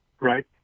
Right